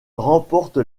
remporte